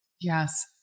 Yes